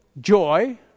joy